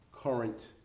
current